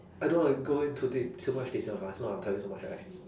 I don't want to go in too deep too much detail mah if not I'll tell you too much right